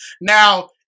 Now